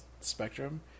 Spectrum